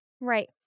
Right